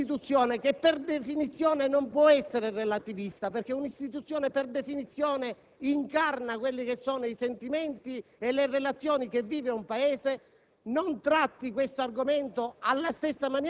Non vorrei che un'istituzione che per definizione non può essere relativista, perché un'istituzione per definizione incarna i sentimenti e le relazioni che vive un Paese,